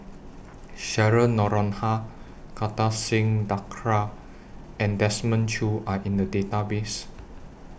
Cheryl Noronha Kartar Singh Thakral and Desmond Choo Are in The Database